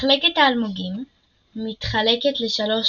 מחלקת האלמוגים מתחלקת לשלוש